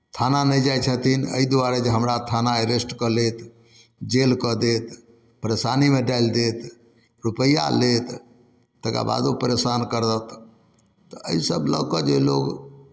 थाना नहि जाइ छथिन एहि दुआरे जे हमरा थाना अरेस्ट कऽ लेत जेल कऽ देत परेशानीमे डालि देत रुपैआ लेत तकर बादो परेशान करत तऽ एहिसभ लऽ कऽ जे लोक